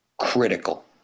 critical